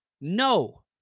No